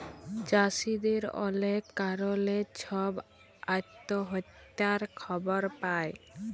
চাষীদের অলেক কারলে ছব আত্যহত্যার খবর পায়